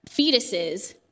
fetuses